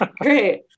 Great